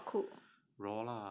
it's raw or cooked